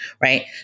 Right